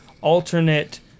alternate